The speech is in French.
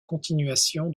continuation